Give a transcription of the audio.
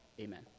Amen